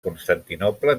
constantinoble